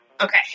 Okay